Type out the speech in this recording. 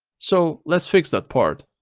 so, let's fix that part.